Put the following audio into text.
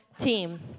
team